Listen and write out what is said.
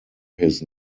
his